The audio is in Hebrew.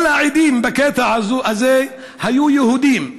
כל העדים בקטע הזה היו יהודים,